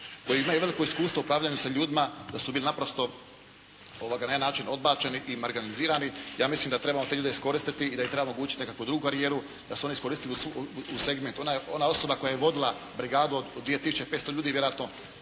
koji imaju veliki iskustvo sa ljudima, da su bili naprosto, na jedan način odbačeni i marginalizirani. Ja mislim da trebamo te ljude iskoristiti da im trebamo omogućiti nekakvu drugu drugu karijeru. Da su oni iskoristivi u segmentu, ona osoba koje je vodila brigadu od 2500 ljudi vjerojatno